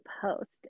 post